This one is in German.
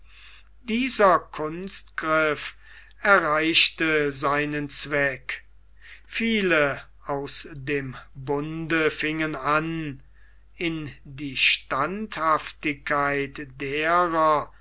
dieser kunstgriff erreichte seinen zweck viele aus dem bunde fingen an in die sündhaftigkeit derer